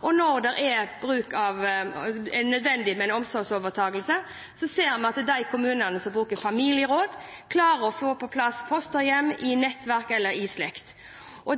og når det er nødvendig med en omsorgsovertakelse, ser vi at de kommunene som bruker familieråd, klarer å få på plass fosterhjem i nettverk eller slekt.